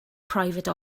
private